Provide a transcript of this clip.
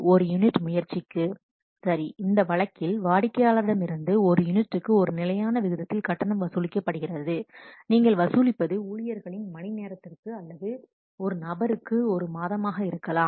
ஒரு யூனிட் முயற்சிக்கு சரி இந்த வழக்கில் வாடிக்கையாளரிடம் இருந்து ஒரு யூனிட்டுக்கு ஒரு நிலையான விகிதத்தில் கட்டணம் வசூலிக்கப்படுகிறது நீங்கள் வசூலிப்பது ஊழியர்களின் மணிநேரத்திற்கு அல்லது ஒரு நபருக்கு ஒரு மாதமாக இருக்கலாம்